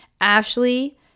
Ashley